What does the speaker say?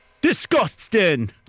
Disgusting